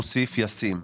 הוא סעיף ישים.